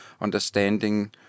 understanding